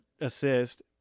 assist